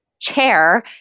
chair